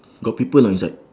got people or not inside